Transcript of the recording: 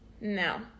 no